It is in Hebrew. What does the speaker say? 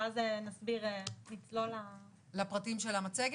ואז נצלול --- לפרטים של המצגת?